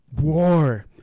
war